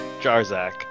Jarzak